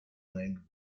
named